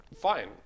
fine